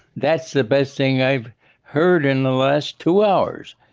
that's the best thing i've heard in the last two hours